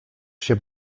się